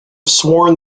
sworn